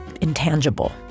intangible